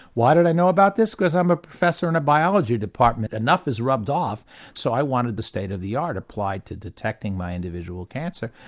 why did i know about this? because i'm a professor in a biology department, enough has rubbed off so i wanted the state of the art applied to detecting my individual cancer.